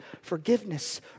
forgiveness